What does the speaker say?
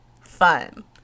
Fun